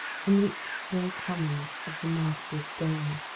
to meet the slow coming of the master's day.